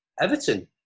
Everton